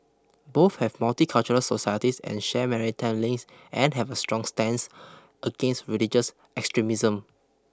both have multicultural societies and share maritime links and have a strong stance against religious extremism